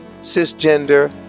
cisgender